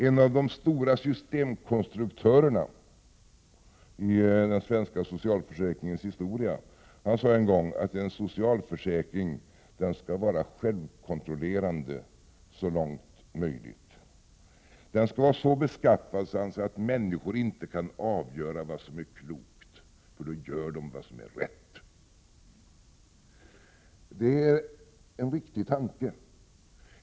En av de stora systemkonstruktörerna i den svenska socialförsäkringens historia sade en gång att en socialförsäkring skall vara självkontrollerande så långt möjligt. Den skall vara så beskaffad att människorna inte kan avgöra vad som är klokt, för då gör de vad som är rätt. Det är en riktig tanke.